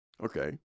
Okay